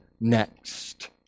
next